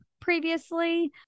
previously